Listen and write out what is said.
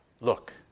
Look